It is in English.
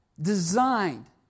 designed